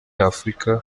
afurika